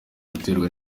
guterwa